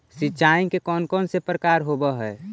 सिंचाई के कौन कौन से प्रकार होब्है?